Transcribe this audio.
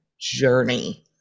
journey